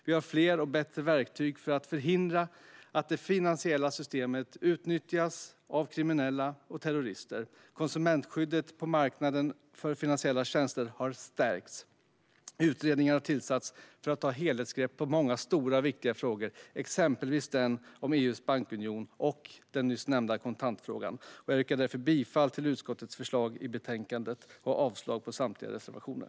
Vi har fler och bättre verktyg för att förhindra att det finansiella systemet utnyttjas av kriminella och terrorister. Konsumentskyddet på marknaden för finansiella tjänster har stärkts. Utredningar har tillsatts för att ta ett helhetsgrepp om många stora och viktiga frågor som exempelvis EU:s bankunion och den nyss nämnda kontantfrågan. Jag yrkar därför bifall till utskottets förslag i betänkandet och avslag på samtliga reservationer.